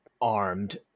armed